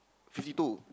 fifty two